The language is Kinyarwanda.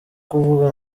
kuvuga